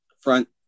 front